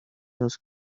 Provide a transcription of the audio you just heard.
los